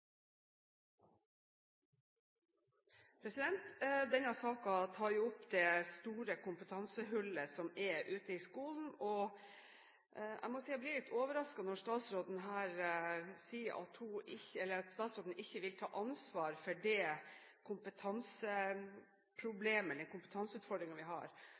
Denne saken tar jo opp det store kompetansehullet som er ute i skolen. Jeg må si jeg blir litt overrasket over at statsråden ikke vil ta ansvar for den kompetanseutfordringen vi har. Regjeringen tar jo ansvar for